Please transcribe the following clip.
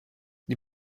die